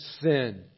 sin